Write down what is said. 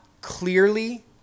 clearly